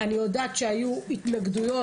אני יודעת שהיו התנגדויות,